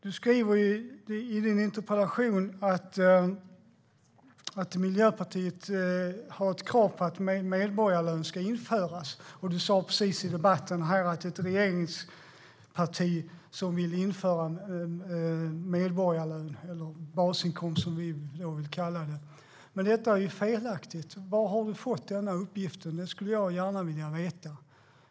Du skriver i din interpellation att Miljöpartiet har ett krav på att medborgarlön ska införas, och du sa precis i debatten här att ett regeringsparti vill införa medborgarlön, eller basinkomst, som vi vill kalla det. Men detta är felaktigt. Var har du fått den uppgiften ifrån? Det skulle jag gärna vilja veta.